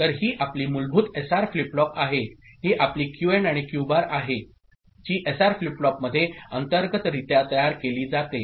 तर ही आपली मूलभूत एसआर फ्लिप फ्लॉप आहे ही आपली क्यू आणि क्यू बार आहे जी एसआर फ्लिप फ्लॉपमध्ये अंतर्गतरित्या तयार केली जाते